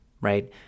right